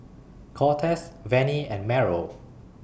Cortez Vennie and Meryl